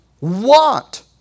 want